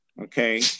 okay